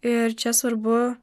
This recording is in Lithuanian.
ir čia svarbu